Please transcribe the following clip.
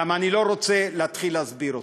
אני גם לא רוצה להתחיל להסביר אותן,